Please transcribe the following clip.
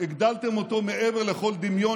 הגדלתם אותו מעבר לכל דמיון.